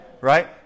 Right